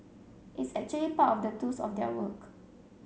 it's actually part of the tools of their work